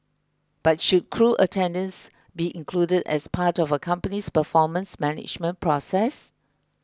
but should crew attendance be included as part of a company's performance management process